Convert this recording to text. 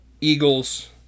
Eagles